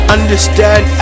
Understand